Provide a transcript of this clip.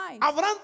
Abraham